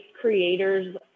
creators